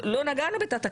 לא נגענו בתת הקרקע,